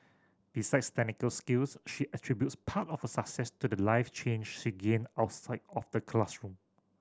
besides technical skills she attributes part of her success to the life change she gained outside of the classroom